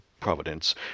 providence